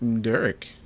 Derek